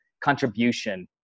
contribution